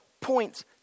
points